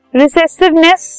recessiveness